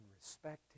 respect